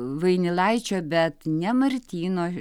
vainilaičio bet ne martyno